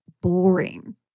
boring